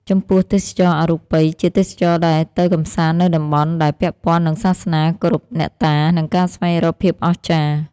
ចំពោះ ទេសចរណ៍អរូបី ជាទេសចរដែលទៅកំសាន្តនៅតំបន់ដែលពាក់ព័ន្ធនឹងសាសនា ការគោរពអ្នកតា និងការស្វែងរកភាពអស្ចារ្យ។